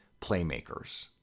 playmakers